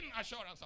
assurance